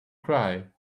cry